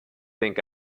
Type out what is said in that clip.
think